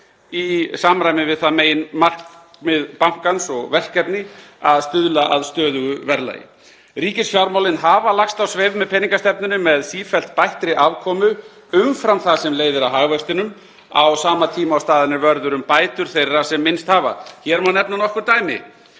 í samræmi við það meginmarkmið bankans og verkefni að stuðla að stöðugu verðlagi. Ríkisfjármálin hafa lagst á sveif með peningastefnunni með sífellt bættri afkomu umfram það sem leiðir af hagvextinum á sama tíma og staðinn er vörður um bætur þeirra sem minnst hafa. Hér má nefna nokkur dæmi: